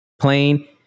Plane